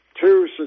Two